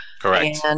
Correct